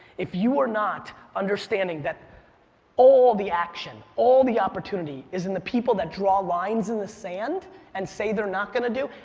if you are not understanding that all the action, all the opportunity is in the people that draw lines in the sand and say they're not gonna do.